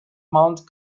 mount